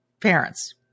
parents